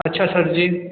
अच्छा सर जी